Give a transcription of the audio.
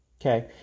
okay